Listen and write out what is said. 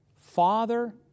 Father